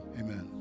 amen